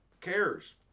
cares